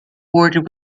awarded